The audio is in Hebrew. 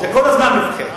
מזה כל הזמן אני מפחד.